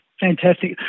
fantastic